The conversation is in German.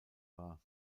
war